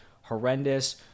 horrendous